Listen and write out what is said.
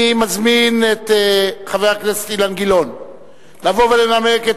אני מזמין את חבר הכנסת אילן גילאון לבוא ולנמק את